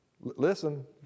Listen